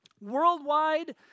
Worldwide